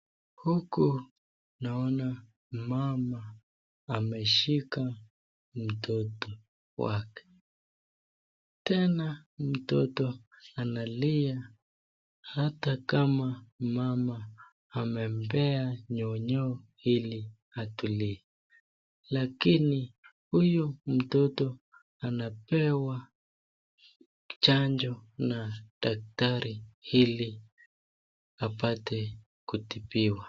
Huku naona mama ameshika mtoto wake, tena mtoto analia hata kama mama amempea nyonyo ili atukie, lakini huyu mtoto anapewa chanjo na daktari ili apate kutibiwa.